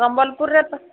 ସମ୍ବଲପୁରରେ ତ